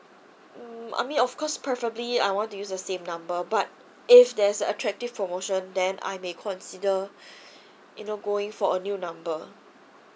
mm I mean of course preferably I want to use the same number but if there's attractive promotion then I may consider you know going for a new number